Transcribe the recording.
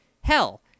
Hell